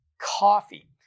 coffee